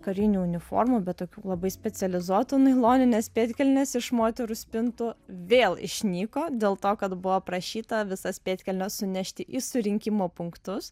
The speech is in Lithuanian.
karinių uniformų bet tokių labai specializuotų nailoninės pėdkelnės iš moterų spintų vėl išnyko dėl to kad buvo prašyta visas pėdkelnes sunešti į surinkimo punktus